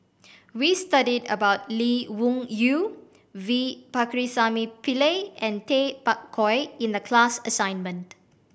we studied about Lee Wung Yew V Pakirisamy Pillai and Tay Bak Koi in the class assignment